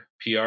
PR